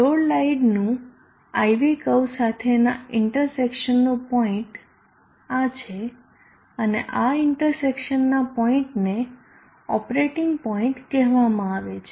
load લાઈનનું IV curve સાથેનાં ઇન્ટરસેક્શનનું પોઈન્ટ આ છે અને આ ઇન્ટરસેક્શનના પોઈન્ટને ઓપરેટીંગ પોઈન્ટ કહેવામાં આવે છે